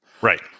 Right